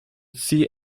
see